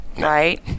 Right